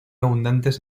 abundantes